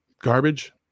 garbage